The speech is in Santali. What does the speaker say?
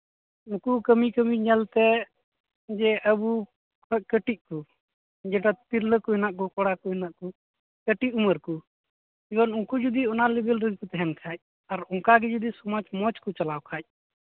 ᱩᱱᱠᱩ ᱠᱟᱹᱢᱤ ᱠᱟᱹᱢᱤ ᱧᱮᱞᱛᱮ ᱡᱮ ᱟᱵᱚ ᱠᱷᱚᱡ ᱠᱟᱹᱴᱤᱡ ᱠᱚ ᱡᱮᱴᱟ ᱛᱤᱨᱞᱟᱹ ᱠᱚ ᱢᱮᱱᱟᱜ ᱠᱚ ᱠᱚᱲᱟ ᱠᱚ ᱢᱮᱱᱟᱜ ᱠᱚ ᱠᱟᱹᱴᱤᱡ ᱩᱢᱮᱨ ᱠᱚ ᱩᱱᱠᱩ ᱡᱩᱫᱤ ᱚᱱᱟ ᱞᱮᱵᱮᱞ ᱨᱮᱱ ᱠᱚ ᱛᱟᱦᱮᱱ ᱠᱷᱟᱡ ᱟᱨ ᱚᱱᱠᱟᱜᱮ ᱡᱩᱫᱤ ᱥᱚᱢᱟᱡᱽ ᱢᱚᱡᱽ ᱠᱚ ᱪᱟᱞᱟᱣ ᱠᱷᱟᱡ